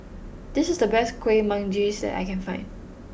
this is the best Kueh Manggis that I can find